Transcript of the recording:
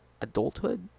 adulthood